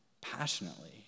passionately